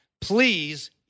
please